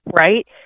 right